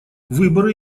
выборы